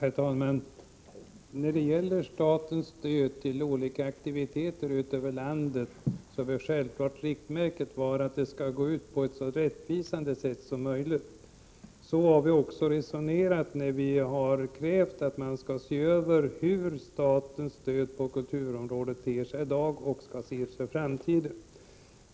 Herr talman! När det gäller statens stöd till olika aktiviteter ute i landet bör självfallet riktmärket vara att stödet skall utgå på ett så rättvist sätt som möjligt. Så har vi också resonerat när vi har krävt att man skall se över hur statens stöd på kulturområdet ter sig i dag och hur det skall se ut i framtiden.